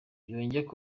yongeyeho